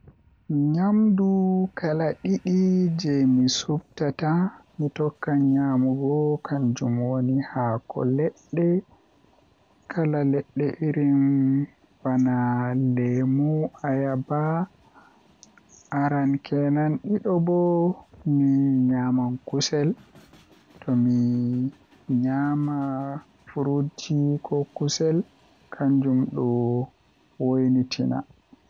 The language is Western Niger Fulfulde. Nyamdu kala didi jei mi suptata mi tokka nyamugo kanjum woni haako ledde kala ledde irin bana lemo ayaba aran kenan didi bo mi nyaman kusel to mi nyama frutji be kusel kanjum do don woitina.